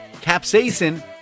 capsaicin